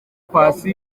paccy